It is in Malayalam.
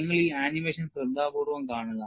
നിങ്ങൾ ഈ ആനിമേഷൻ ശ്രദ്ധാപൂർവ്വം കാണുക